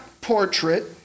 portrait